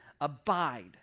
abide